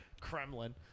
Kremlin